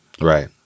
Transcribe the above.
Right